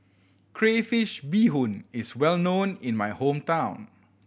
crayfish beehoon is well known in my hometown